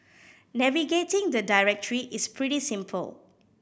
navigating the directory is pretty simple